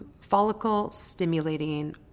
follicle-stimulating